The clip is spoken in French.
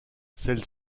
celle